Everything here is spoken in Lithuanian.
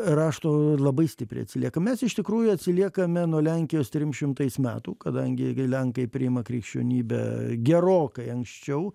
rašto labai stipriai atsiliekam mes iš tikrųjų atsiliekame nuo lenkijos trim šimtais metų kadangi gi lenkai priima krikščionybę gerokai anksčiau